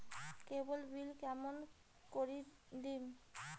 কেবল bill কেমন করি দিম?